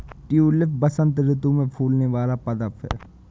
tulip बसंत ऋतु में फूलने वाला पदक है